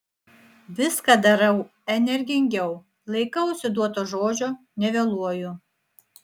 viską darau energingiau laikausi duoto žodžio nevėluoju